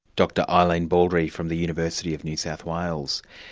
dr eileen baldry from the university of new south wales.